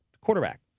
quarterback